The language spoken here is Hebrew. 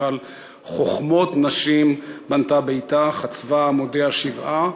"חכמות נשים בנתה ביתה" "חצבה עמודיה שבעה",